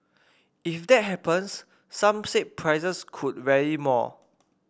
if that happens some said prices could rally more